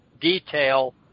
detail